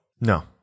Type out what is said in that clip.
No